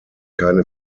keine